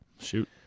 Shoot